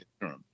term